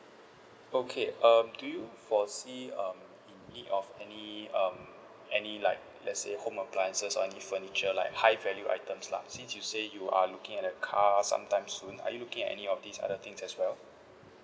okay um do you foresee um in need of any um any like let say home appliances or any furniture like high value items lah since you say you are looking at a car some time soon are you looking at any of these other things as well